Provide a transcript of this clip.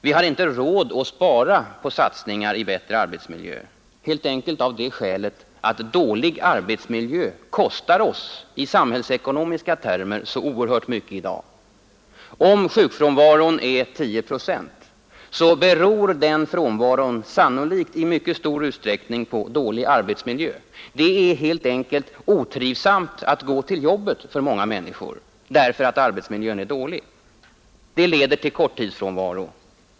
Vi har inte råd att spara på satsningar i bättre arbetsmiljö, helt enkelt av det skälet att dålig arbetsmiljö kostar oss i samhällsekonomiska termer så oerhört mycket i dag. Sjukfrånvaron är 10 procent och den frånvaron beror sannolikt i mycket stor utsträckning på dålig arbetsmiljö. Det är helt enkelt otrivsamt att gå till jobbet för många människor, därför att arbetsmiljön är dålig. Det leder till korttidsfrånvaro.